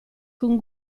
con